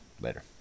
Later